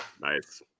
Nice